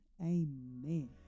Amen